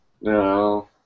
No